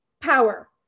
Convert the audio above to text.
power